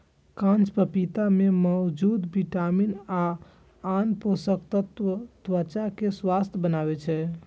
कांच पपीता मे मौजूद विटामिन आ आन पोषक तत्व त्वचा कें स्वस्थ बनबै छै